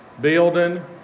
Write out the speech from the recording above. building